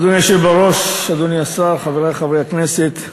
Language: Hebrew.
היושב-ראש, אדוני השר, חברי חברי הכנסת,